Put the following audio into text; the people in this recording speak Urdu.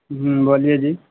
ہوں بولیے جی